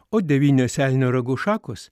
o devynios elnio ragų šakos